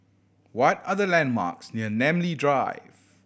what are the landmarks near Namly Drive